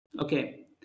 Okay